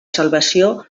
salvació